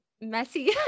messy